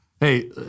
Hey